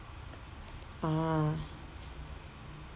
ah